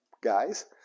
guys